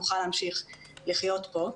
נוכל להמשיך לחיות פה.